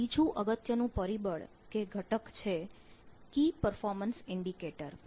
એક બીજું અગત્યનું પરિબળ કે ઘટક છે કી પરફોર્મન્સ ઇન્ડીકેટર